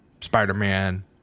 spider-man